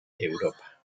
europa